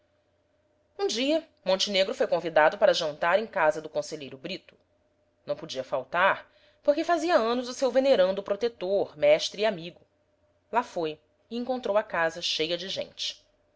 um dia montenegro foi convidado para jantar em casa do conselheiro brito não podia faltar porque fazia anos o seu venerando protetor mestre e amigo lá foi e encontrou a casa cheia de gente